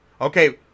Okay